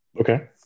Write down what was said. Okay